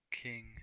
king